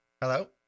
hello